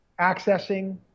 accessing